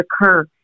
occur